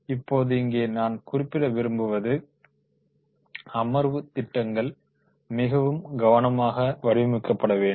இப்போது இங்கே நான் குறிப்பிட விரும்புவது அமர்வுத் திட்டங்கள் மிகவும் கவனமாக வடிவமைக்கப்பட வேண்டும்